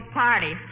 party